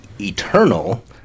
eternal